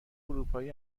اروپایی